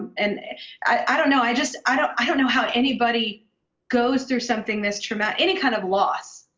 and i don't know. i just i don't i don't know how anybody goes through something this traumatic any kind of loss,